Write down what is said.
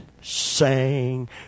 sang